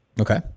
Okay